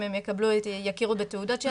אם הם יכירו בתעודות שלהם.